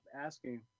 asking